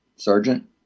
Sergeant